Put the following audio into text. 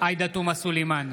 עאידה תומא סלימאן,